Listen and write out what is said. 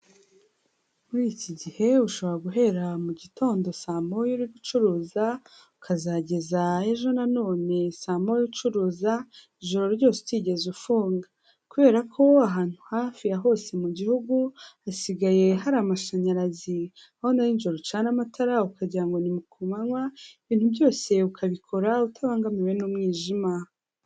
Muri iki gihe ushobora guhera mu gitondo saa moya uri gucuruza ukazageza ejo na none saa moya ucuruza ijoro ryose utigeze ufunga, kubera ko ahantu hafi ya hose mu gihugu hasigaye hari amashanyarazi, aho nijoro ucana amatara ukagira ngo ni kumanywa ibintu byose ukabikora utabangamiwe n'umwijima.